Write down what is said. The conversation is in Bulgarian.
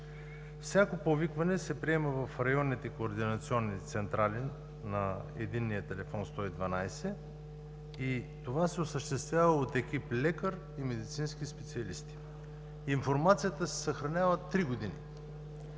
Всяко повикване се приема в районните координационни централи на единния телефон 112 и това се осъществява от екип лекар и медицински специалисти. Информацията се съхранява три години.